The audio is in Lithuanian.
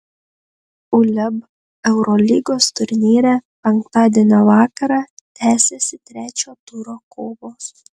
uleb eurolygos turnyre penktadienio vakarą tęsiasi trečio turo kovos